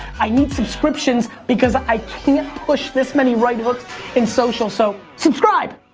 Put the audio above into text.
i need subscriptions because i can't push this many right hooks in social, so subscribe.